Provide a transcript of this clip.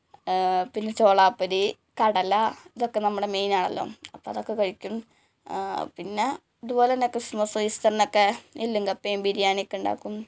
പിന്നെ ചോളാ പൊരി കടല ഇതൊക്കെ നമ്മളെ മെയ്ൻ ആണല്ലോ അപ്പോൾ അതൊക്കെ കഴിക്കും പിന്നെ ഇതുപോലെ തന്നെ ക്രിസ്തുമസും ഈസ്റ്റർനൊക്കെ എല്ലും കപ്പയും ബിരിയാണിയൊക്കെ ഉണ്ടാക്കും